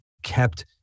kept